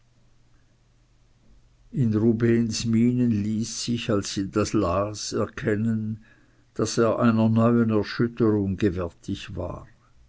in rubehns mienen ließ sich als sie las erkennen daß er einer neuen erschütterung gewärtig war